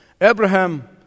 Abraham